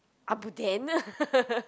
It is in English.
abuden